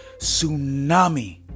tsunami